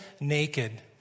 naked